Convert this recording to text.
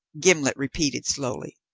gimblet repeated slowly.